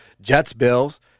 Jets-Bills